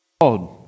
God